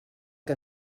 que